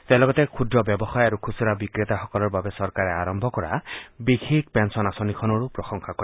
তেওঁ লগতে ক্ষুদ্ৰ ব্যৱসায়ী আৰু খুচুৰা বিক্ৰেতাসকলৰ বাবে চৰকাৰে আৰম্ভ কৰা বিশেষ পেলন আঁচনিখনৰো প্ৰশংসা কৰে